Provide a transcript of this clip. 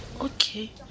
Okay